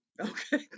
Okay